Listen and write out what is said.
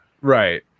right